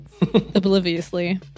obliviously